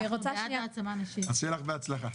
אז שיהיה לך בהצלחה.